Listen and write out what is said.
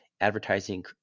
advertising